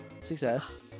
success